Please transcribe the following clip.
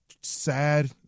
sad